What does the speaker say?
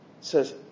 says